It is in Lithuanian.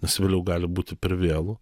nes vėliau gali būti per vėlu